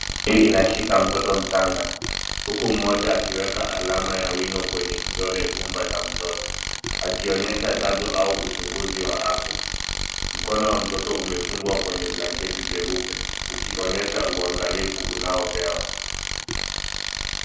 Hii inashika mtoto mchanga huku mmoja akiweka alama ya wino kwenye kidole gumba cha mtoto akionyesha chanjo au uchunguzi wa afya. Mkono wa mtoto umefungwa kwenye blanketi jeupe ukionyesha uangalifu unaopewa.